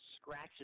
scratches